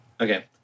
Okay